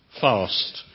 fast